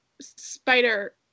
Spider